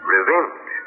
Revenge